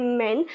men